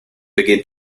begin